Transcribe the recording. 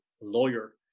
lawyer